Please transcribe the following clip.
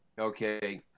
Okay